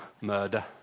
Murder